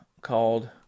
called